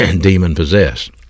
demon-possessed